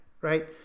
right